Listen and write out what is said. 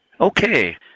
Okay